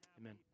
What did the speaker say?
Amen